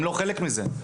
הם לא חלק מזה.